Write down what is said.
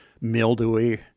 mildewy